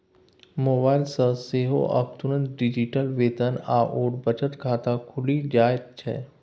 mobile सँ सेहो आब तुरंत डिजिटल वेतन आओर बचत खाता खुलि जाइत छै